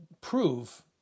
prove